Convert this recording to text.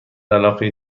علاقه